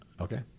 Okay